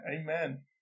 amen